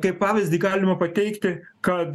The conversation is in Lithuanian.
kaip pavyzdį galima pateikti kad